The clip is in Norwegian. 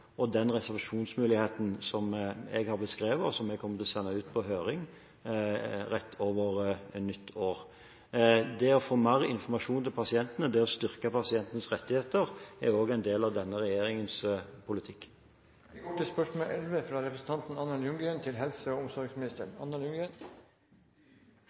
og den reservasjonsmuligheten som jeg har beskrevet, og som jeg kommer til å sende ut på høring rett over nyttår. Det å få mer informasjon til pasientene, det å styrke pasientens rettigheter, er også en del av denne regjeringens politikk.